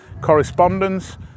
Correspondence